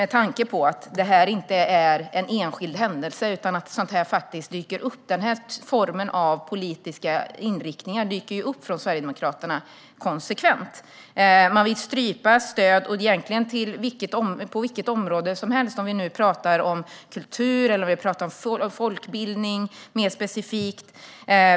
Detta är inte är en enskild händelse, utan denna form av politiska inriktningar dyker upp från Sverigedemokraterna konsekvent. Man vill strypa stöd på egentligen vilket område som helst - om vi nu talar om kultur eller mer specifikt folkbildning.